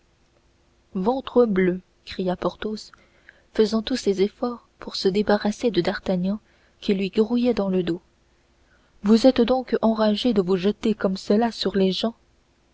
vertubleu cria porthos faisant tous ses efforts pour se débarrasser de d'artagnan qui lui grouillait dans le dos vous êtes donc enragé de vous jeter comme cela sur les gens